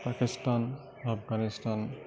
Pakistan Afghanistan